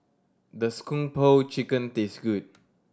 does Kung Po Chicken taste good